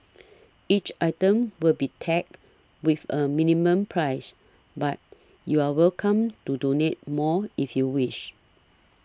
each item will be tagged with a minimum price but you're welcome to donate more if you wish